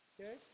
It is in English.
Okay